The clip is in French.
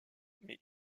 mais